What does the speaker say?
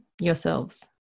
yourselves